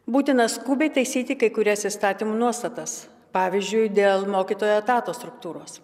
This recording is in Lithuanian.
būtina skubiai taisyti kai kurias įstatymų nuostatas pavyzdžiui dėl mokytojo etato struktūros